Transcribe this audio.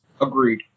agreed